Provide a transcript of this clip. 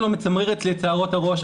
מצמרר אצלי את שערות הראש.